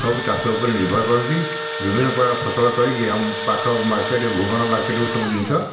ସବୁ ଚାଷ ଉପରେ ନିର୍ଭର କରନ୍ତି ବିଭିନ୍ନପ୍ରକାର ଫସଲ କରିକି ଆମ ପାଖ ମାର୍କେଟ୍ ଭୁବନ ମାର୍କେଟ୍କୁ ସବୁ ଜିନିଷ